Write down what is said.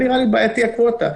הקווטה,